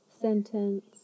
sentence